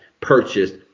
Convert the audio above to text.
purchased